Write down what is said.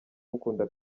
mukunda